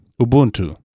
Ubuntu